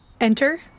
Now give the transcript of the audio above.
Enter